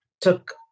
took